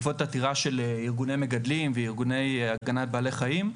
בעקבות עתירה של ארגוני מגדלים וארגוני הגנת בעלי חיים,